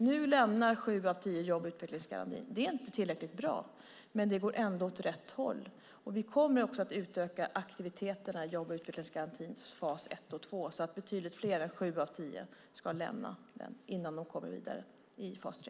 Nu lämnar sju av tio jobb och utvecklingsgarantin - det är inte tillräckligt bra, men det går ändå åt rätt håll. Vi kommer också att utöka aktiviteterna i jobb och utvecklingsgarantins fas 1 och 2 så att betydligt fler än sju av tio ska lämna dem innan de kommer vidare i fas 3.